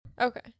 Okay